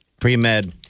Pre-med